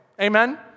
Amen